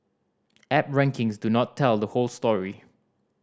app rankings do not tell the whole story